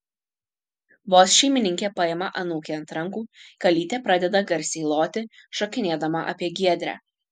vos šeimininkė paima anūkę ant rankų kalytė pradeda garsiai loti šokinėdama apie giedrę